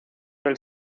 del